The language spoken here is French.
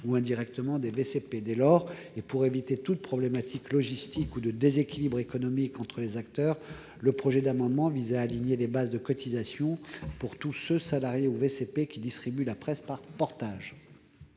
ou indirectement des VCP. Dès lors, et pour éviter toute problématique logistique ou tout déséquilibre économique entre les acteurs, l'amendement vise à aligner les bases de cotisations pour tous ceux, salariés ou VCP, qui distribuent la presse par portage.